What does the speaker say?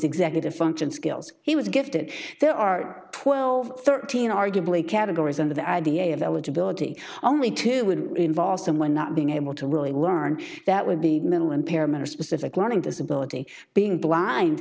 executive function skills he was gifted there are twelve thirteen arguably categories and the idea of eligibility only too would involve someone not being able to really learn that would be mental impairment or specific learning disability being blind